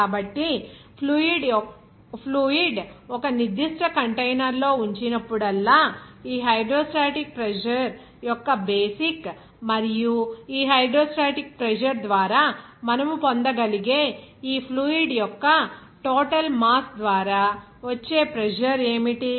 కాబట్టి ఫ్లూయిడ్ ఒక నిర్దిష్ట కంటైనర్లో ఉంచినప్పుడల్లా ఈ హైడ్రోస్టాటిక్ ప్రెజర్ యొక్క బేసిక్ మరియు ఈ హైడ్రోస్టాటిక్ ప్రెజర్ ద్వారా మనము పొందగలిగే ఈ ఫ్లూయిడ్ యొక్క టోటల్ మాస్ ద్వారా వచ్చే ప్రెజర్ ఏమిటి